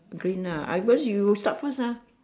green ah I first you start first ah